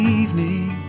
evening